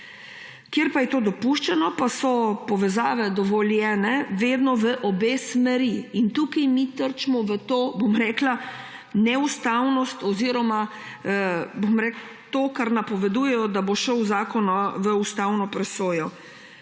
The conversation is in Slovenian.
Kjer je to dopuščeno, pa so povezave dovoljene vedno v obe smeri. In tukaj mi trčimo ob to neustavnost oziroma to, kar napovedujejo, da bo šel zakon v ustavno presojo.